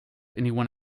anyone